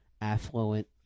affluent